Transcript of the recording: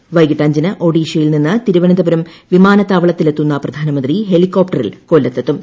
ഉവെകിട്ട് അഞ്ചിന് ഒഡീഷയിൽ നിന്ന് തിരുവനന്തഹുരൽ വിമാനത്താവളത്തിലെത്തുന്നു പ്രധാനമന്ത്രി ഹെലികോപ്റ്ററിൽ കൊല്ലത്തെത്തും